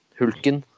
hulken